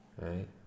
right